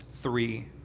three